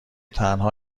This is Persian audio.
تنها